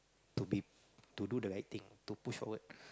to be to do the right thing to push forward